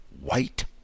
white